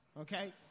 okay